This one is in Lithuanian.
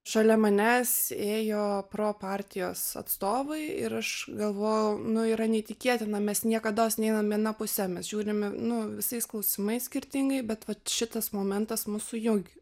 šalia manęs ėjo pro partijos atstovai ir aš galvojau nu yra neįtikėtina mes niekados neeinam puse mes žiūrime nu visais klausimais skirtingai bet va šitas momentas mus sujungė